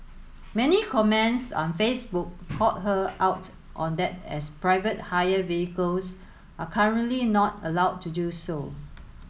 many comments on Facebook called her out on that as private hire vehicles are currently not allowed to do so